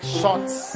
shots